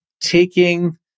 taking